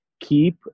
keep